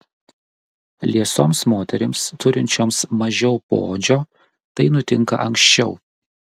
liesoms moterims turinčioms mažiau poodžio tai nutinka anksčiau